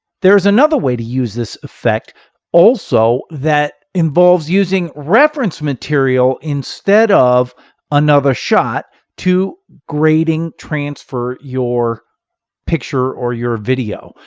there's another way to use this effect also that involves using reference material instead of another shot to grading transfer your picture or your video.